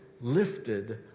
lifted